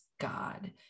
God